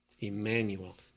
Emmanuel